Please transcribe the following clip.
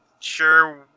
sure